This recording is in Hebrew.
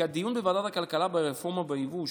דיון בוועדת הכלכלה ברפורמה ביבוא,